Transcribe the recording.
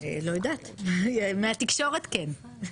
לא יודעת מהתקשורת כן.